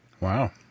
Wow